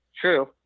True